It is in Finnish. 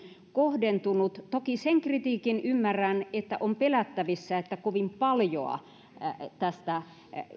kohdentunut toki ymmärrän sen kritiikin että on pelättävissä että kovin paljoa tästä